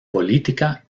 política